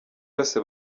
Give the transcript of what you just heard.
yose